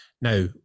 now